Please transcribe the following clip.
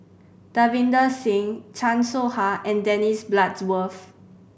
Davinder Singh Chan Soh Ha and Dennis Bloodworth